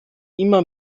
immer